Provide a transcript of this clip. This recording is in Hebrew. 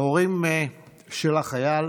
ההורים של החייל